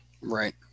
right